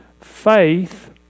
faith